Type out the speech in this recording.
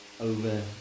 over